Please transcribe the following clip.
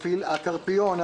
קרפיון,